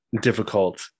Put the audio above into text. difficult